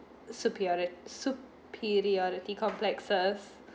superior~ superiority complexes